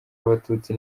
abatutsi